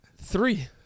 three